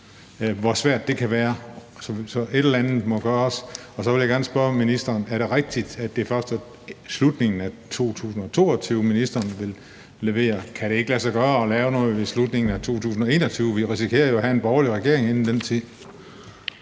for hele livet. Så et eller andet må gøres. Så vil jeg gerne spørge ministeren: Er det rigtigt, at det først er i slutningen af 2022, at ministeren vil levere? Kan det ikke lade sig gøre at lave noget i slutningen af 2021? Vi risikerer jo at have en borgerlig regering inden den tid.